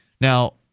Now